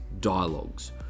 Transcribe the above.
dialogues